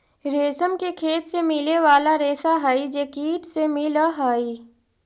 रेशम के खेत से मिले वाला रेशा हई जे कीट से मिलऽ हई